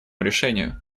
решению